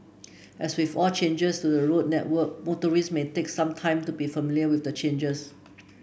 as with all changes to the road network motorist may take some time to be familiar with the changes